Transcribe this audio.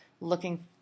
looking